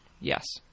Yes